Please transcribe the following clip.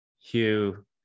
Hugh